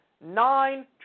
Nine